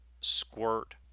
squirt